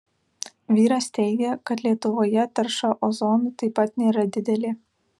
vyras teigia kad lietuvoje tarša ozonu taip pat nėra didelė